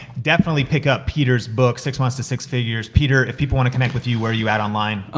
definitely pick up peter's book, six months to six figures. peter, if people wanna connect with you, where are you at online?